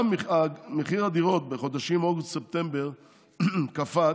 גם בחודשים אוגוסט-ספטמבר מחיר הדירות קפץ,